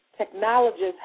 technologists